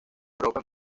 europa